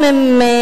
גם אם ישנה,